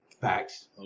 Facts